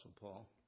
Paul